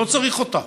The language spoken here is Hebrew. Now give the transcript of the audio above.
לא צריך אותה.